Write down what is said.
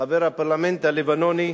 חבר הפרלמנט הלבנוני